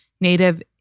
native